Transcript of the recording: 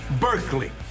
Berkeley